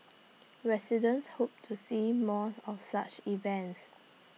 residents hope to see more of such events